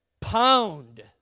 pound